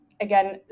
again